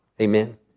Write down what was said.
Amen